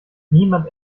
niemand